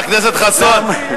חבר הכנסת חסון.